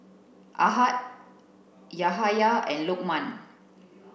Ahad Yahaya and Lokman